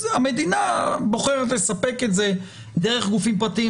המדינה בוחרת לספק את זה דרך גופים פרטיים,